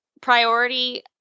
priority